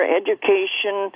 education